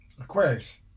Aquarius